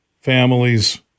families